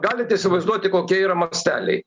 galit įsivaizduoti kokia yra masteliai